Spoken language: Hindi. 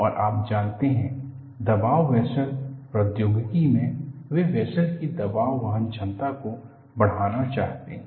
और आप जानते हैं दबाव वेसल प्रौद्योगिकी में वे वेसल की दबाव वहन क्षमता को बढ़ाना चाहते हैं